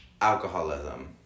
alcoholism